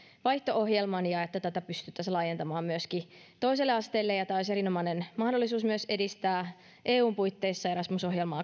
vaihto ohjelman ja että tätä pystyttäisiin laajentamaan myöskin toiselle asteelle tämä olisi erinomainen mahdollisuus myös edistää eun puitteissa erasmus ohjelmaa